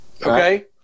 okay